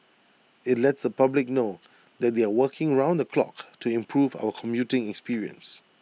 IT lets the public know that they are working round the clock to improve our commuting experience